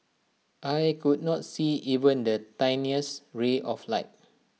I could not see even the tiniest ray of light